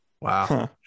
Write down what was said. Wow